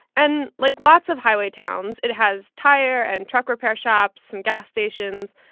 and like lots of highway towns, it has tire and truck repair shops and gas stations.